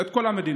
את כל המדינה.